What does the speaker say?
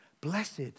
Blessed